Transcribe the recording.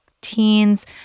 teens